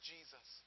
Jesus